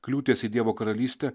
kliūties į dievo karalystę